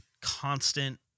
constant